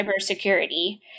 cybersecurity